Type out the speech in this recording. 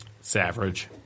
Savage